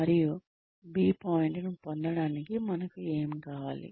మరియు B పాయింట్ను పొందడానికి మనకు ఏమి కావాలి